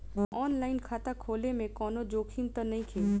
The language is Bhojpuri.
आन लाइन खाता खोले में कौनो जोखिम त नइखे?